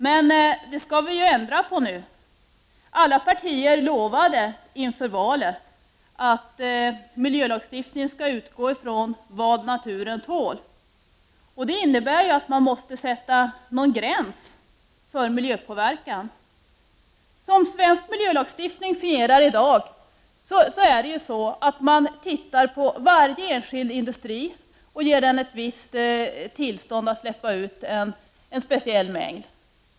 Men det skall vi ändra på nu. Alla partier lovade inför det senaste valet att miljölagstiftningen skall utgå från vad naturen tål. Det innebär att en gräns måste sättas för miljöpåverkan. Svensk miljölagstiftning fungerar i dag så att man ser över varje enskild industri som sedan får tillstånd att släppa ut en viss mängd föroreningar.